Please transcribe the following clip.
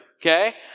okay